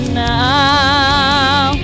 now